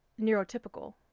neurotypical